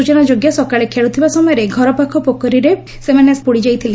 ସୂଚନାଯୋଗ୍ୟ ସକାଳେ ଖେଳ୍ଥିବା ସମୟରେ ଘରପାଖ ପୋଖରୀରେ ବୁଡ଼ି ଯାଇଥିଲେ